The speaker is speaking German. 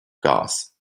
gas